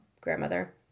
grandmother